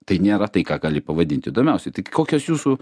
tai nėra tai ką gali pavadinti įdomiausiu tai kokios jūsų